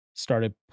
started